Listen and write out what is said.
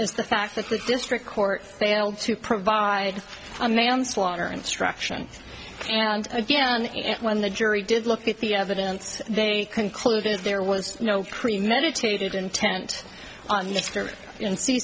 is the fact that the district court failed to provide a man slaughter instruction and again when the jury did look at the evidence they concluded there was no cream meditated intent on